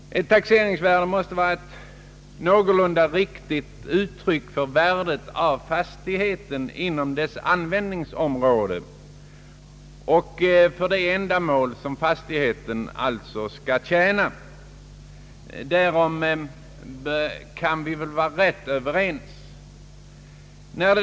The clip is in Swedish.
Ett taxeringsvärde måste vara ett någorlunda riktigt uttryck för värdet av fastigheten inom dess användningsområde, för det ändamål vartill fastigheten alltså skall tjäna. Därom kan vi väl vara rätt överens.